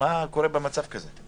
במצב כזה,